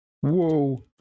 Whoa